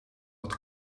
dat